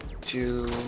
two